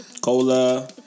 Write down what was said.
Cola